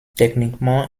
techniquement